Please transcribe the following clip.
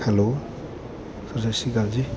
hello sir ਸਤਿ ਸ਼੍ਰੀ ਅਕਾਲ ਜੀ